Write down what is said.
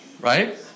Right